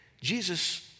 Jesus